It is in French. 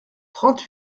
trente